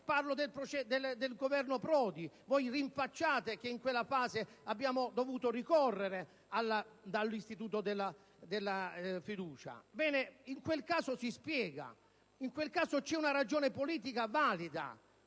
Parlo del Governo Prodi: voi rinfacciate che in quella fase noi abbiamo dovuto ricorrere all'istituto della fiducia, ma in quel caso si spiega, vi è una ragione politica valida.